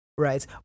Right